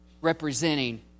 representing